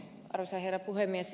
arvoisa herra puhemies